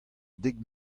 dek